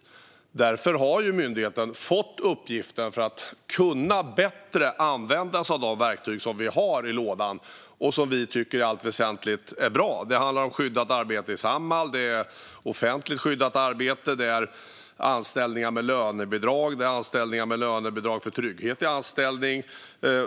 Därför har myndigheten fått uppgiften att bättre använda de verktyg som finns i lådan och som vi i allt väsentligt tycker är bra. Det handlar om skyddat arbete i Samhall. Det är offentligt skyddat arbete. Det är anställningar med lönebidrag. Det är anställningar med lönebidrag för trygghet i anställning.